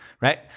Right